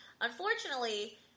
Unfortunately